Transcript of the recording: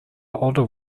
older